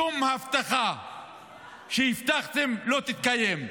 שום הבטחה שהבטחתם לא תתקיים.